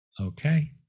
Okay